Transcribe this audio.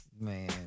Man